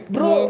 Bro